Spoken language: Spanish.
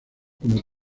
como